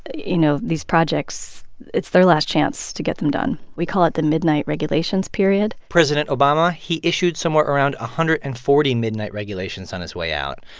you know, these projects it's their last chance to get them done. we call it the midnight regulations period president obama he issued somewhere around one hundred and forty midnight regulations on his way out.